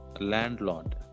Landlord